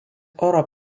oro